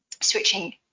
switching